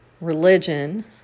religion